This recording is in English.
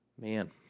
Man